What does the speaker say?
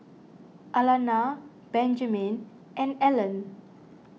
Alannah Benjman and Ellen